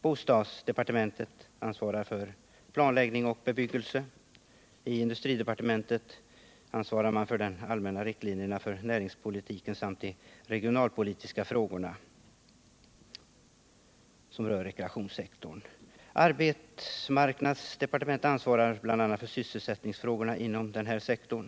Bostadsdepartementet ansvarar för planläggning och bebyggelse av fritidsanläggningar. Industridepartementet ansvarar t.ex. för de allmänna riktlinjerna för näringspolitiken och för de regionalpolitiska frågor som rör rekreationssektorn. Arbetsmarknadsdepartementet ansvarar bl.a. för sysselsättningsfrågorna inom den här sektorn.